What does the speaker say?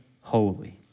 holy